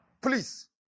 Please